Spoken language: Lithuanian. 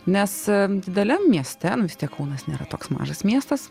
nes dideliam mieste nu vistiek kaunas nėra toks mažas miestas